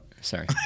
Sorry